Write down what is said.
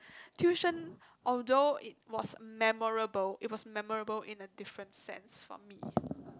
tuition although it was memorable it was memorable in a different sense for me